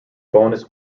bonus